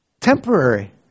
temporary